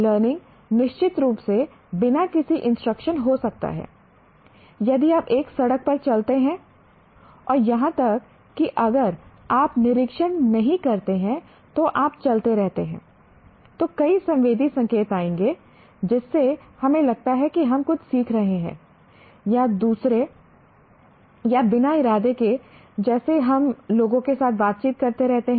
learning निश्चित रूप से बिना किसी इंस्ट्रक्शन हो सकता है यदि आप एक सड़क पर चलते हैं और यहां तक कि अगर आप निरीक्षण नहीं करते हैं तो आप चलते रहते हैं तो कई संवेदी संकेत आएंगे जिससे हमें लगता है कि हम कुछ सीख रहे हैं या दूसरे या बिना इरादे के जैसे हम लोगों के साथ बातचीत करते रहते हैं